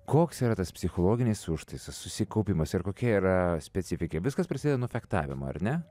koks yra tas psichologinis užtaisas susikaupimas ir kokia yra specifika viskas prasideda nuo fechtavimo ar ne